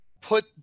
put